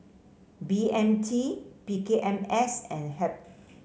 B M T P K M S and HEB